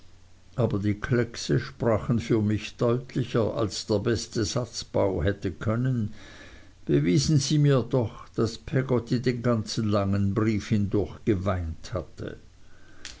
aber die kleckse sprachen für mich deutlicher als der beste satzbau hätte können bewiesen sie mir doch daß peggotty den ganzen langen brief hindurch geweint hatte